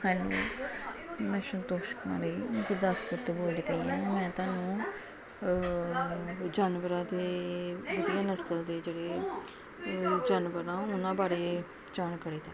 hello ਮੈਂ ਸੰਤੋਸ਼ ਕੁਮਾਰੀ ਗੁਰਦਾਸਪੁਰ ਤੋਂ ਬੋਲਦੀ ਪਈ ਹਾਂ ਮੈ ਤੁਹਾਨੂੰ ਜਾਨਵਰਾਂ ਦੇ ਵਧੀਆ ਨਸਲ ਦੇ ਜਿਹੜੇ ਜਾਨਵਾਰ ਆ ਉਹਨਾਂ ਬਾਰੇ ਜਾਣਕਾਰੀ ਦੇ ਰਹੀ